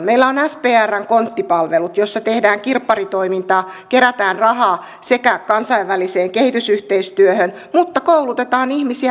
meillä on sprn kontti palvelut joissa tehdään kirpparitoimintaa kerätään rahaa kansainväliseen kehitysyhteistyöhön mutta koulutetaan ihmisiä kaupan alalle